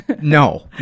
No